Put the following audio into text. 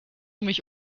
mich